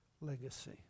legacy